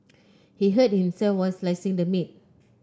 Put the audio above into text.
he hurt himself while slicing the meat